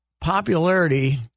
popularity